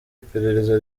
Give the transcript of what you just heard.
iperereza